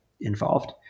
involved